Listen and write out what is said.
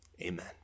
Amen